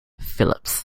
phillips